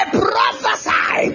prophesy